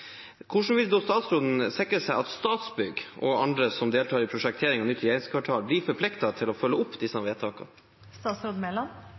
Hvordan vil statsråden sikre at Statsbygg og andre som deltar i prosjekteringen av nytt regjeringskvartal, blir forpliktet til å følge opp disse